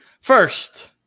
first